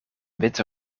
witte